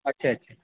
اچھا اچھا